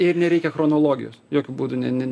nereikia chronologijos jokiu būdu ne ne